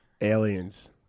Aliens